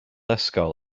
ysgol